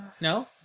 No